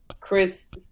Chris